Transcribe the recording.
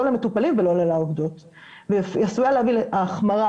לא למטופלים ולא לעובדות והיא עשויה להביא להחמרה,